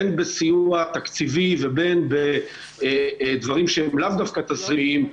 בין בסיוע תקציבי ובין בדברים שהם לאו דווקא תקציבים,